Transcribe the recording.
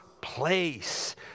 place